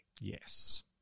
Yes